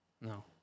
No